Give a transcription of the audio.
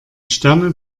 sterne